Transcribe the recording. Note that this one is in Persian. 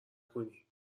کنی